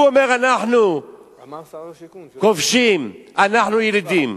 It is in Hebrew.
הוא אומר, אנחנו כובשים, אנחנו ילידים.